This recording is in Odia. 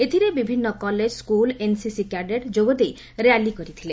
ଏଥିରେ ବିଭିନ୍ନ କଲେଜ୍ ସ୍କୁଲ୍ ଏନ୍ସିସି କ୍ୟାଡେଟ୍ ଯୋଗଦେଇ ର୍ୟାଲି କରିଥିଲେ